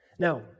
Now